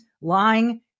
lying